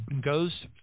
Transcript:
goes